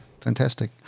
fantastic